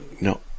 No